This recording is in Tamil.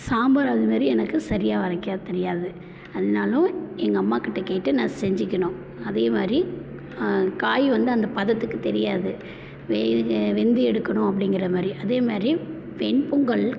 சாம்பார் அது மாதிரி எனக்கு சரியாக வைக்க தெரியாது ஆனாலும் எங்கள் அம்மாக்கிட்ட கேட்டு நான் செஞ்சுக்கணும் அதே மாதிரி காய் வந்து அந்த பதத்துக்கு தெரியாது வெந்து எடுக்கணும் அப்படிங்கற மாதிரி அதே மாதிரி வெண்பொங்கல்